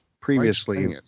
previously